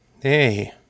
Hey